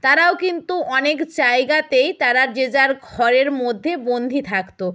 তারাও কিন্তু অনেক জায়গাতেই তারা যে যার ঘরের মধ্যে বন্দি থাকতো